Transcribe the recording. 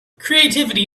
creativity